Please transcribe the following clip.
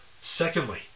Secondly